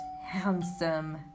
handsome